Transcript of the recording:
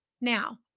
Now